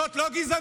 זאת לא גזענות?